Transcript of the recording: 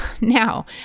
Now